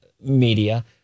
media